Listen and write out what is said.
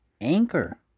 Anchor